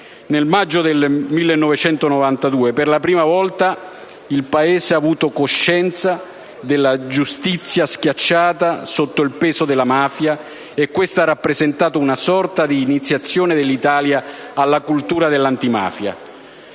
Nel maggio del 1992, per la prima volta, il Paese ha avuto coscienza della giustizia schiacciata sotto il peso della mafia, e questo ha rappresentato una sorta di iniziazione dell'Italia alla cultura dell'antimafia.